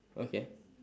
okay